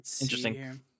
Interesting